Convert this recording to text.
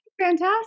Fantastic